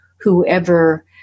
whoever